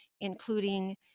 including